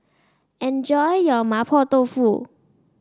enjoy your Mapo Tofu